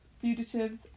fugitives